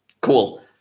Cool